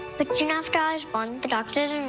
the chaff guys on the doctors